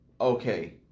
okay